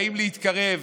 באים להתקרב,